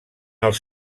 els